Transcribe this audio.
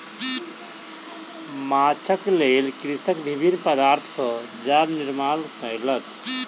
माँछक लेल कृषक विभिन्न पदार्थ सॅ जाल निर्माण कयलक